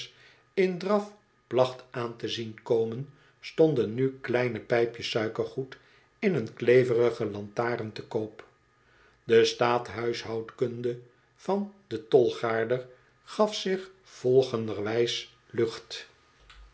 in draf placht aan te zien komen stonden nu kleine pijpjes suikergoed in een kleverige lantaren te koop de staathuishoudkunde van den tolgaarder gaf zich volgenderwijs lucht